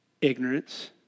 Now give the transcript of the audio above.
Ignorance